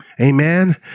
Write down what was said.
Amen